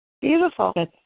Beautiful